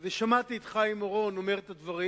ושמעתי את חיים אורון אומר את הדברים,